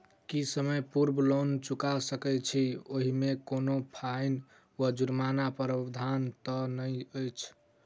की समय पूर्व लोन चुका सकैत छी ओहिमे कोनो फाईन वा जुर्मानाक प्रावधान तऽ नहि अछि?